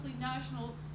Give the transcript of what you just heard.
national